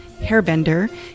Hairbender